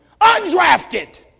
Undrafted